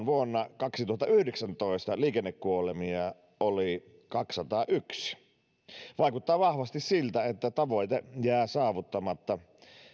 vuonna kaksituhattayhdeksäntoista liikennekuolemia oli kaksisataayksi vaikuttaa vahvasti siltä että tavoite jää saavuttamatta